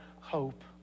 hope